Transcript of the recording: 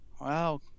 Wow